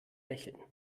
lächeln